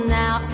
now